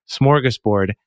smorgasbord